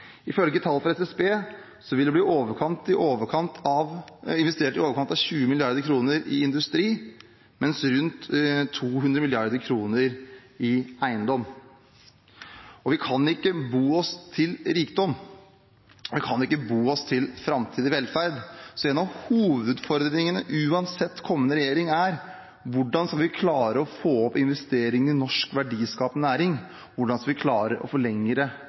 Ifølge tall fra SSB vil det i år bli investert i overkant av 20 mrd. kr i industri, men rundt 200 mrd. kr i eiendom. Vi kan ikke bo oss til rikdom, og vi kan ikke bo oss til framtidig velferd, så en av hovedutfordringene uansett kommende regjering er: Hvordan skal vi klare å få opp investeringene i norsk verdiskapende næring? Hvordan skal vi klare å